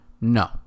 No